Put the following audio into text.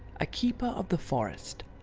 a keeper of the forest,